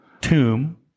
tomb